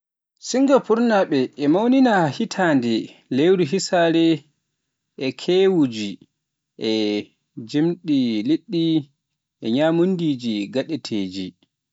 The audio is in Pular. Singapuurnaaɓe e mawnina hitaande lewru hesere e kewuuji, e jimɗi liɗɗi, e ñaamduuji gaadanteeji